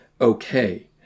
okay